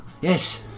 yes